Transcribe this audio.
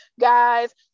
guys